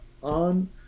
On